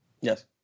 Yes